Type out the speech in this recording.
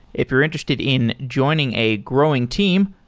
if you're interested in joining a growing team,